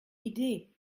idée